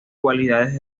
cualidades